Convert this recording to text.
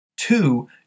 Two